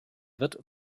wird